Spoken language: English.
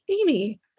Amy